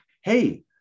hey